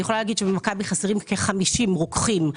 אני יכולה להגיד שבמכבי חסרים כ-50 רוקחים,